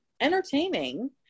entertaining